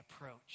approach